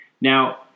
Now